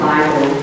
Bible